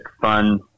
fun